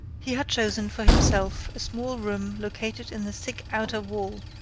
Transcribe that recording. he had chosen for himself a small room located in the thick outer wall,